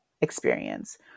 experience